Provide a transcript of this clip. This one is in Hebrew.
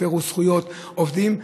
הפרו זכויות עובדים,